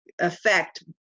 affect